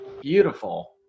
beautiful